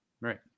Right